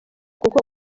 kuko